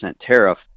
tariff